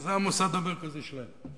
שזה המוסד המרכזי שלהם.